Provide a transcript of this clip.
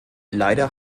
leider